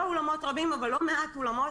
לא אולמות רבים אבל לא מעט אולמות,